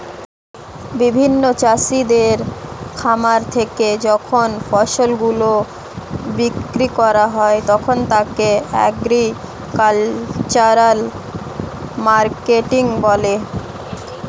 বিপণন চাষীদের খামার থেকে যখন ফসল গুলো বিক্রি করা হয় তখন তাকে এগ্রিকালচারাল মার্কেটিং বলে